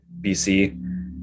BC